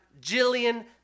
Jillian